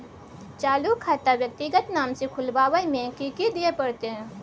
चालू खाता व्यक्तिगत नाम से खुलवाबै में कि की दिये परतै?